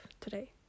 today